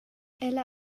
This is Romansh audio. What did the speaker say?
ella